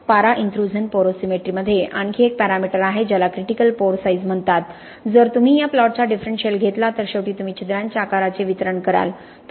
पारा इंत्रुझण पोरोसिमेट्रीमध्ये आणखी एक पॅरामीटर आहे ज्याला क्रिटिकल पोअर साइज म्हणतात जर तुम्ही या प्लॉटचा डिफ्रंशियल घेतला तर शेवटी तुम्ही छिद्रांच्या आकाराचे वितरण कराल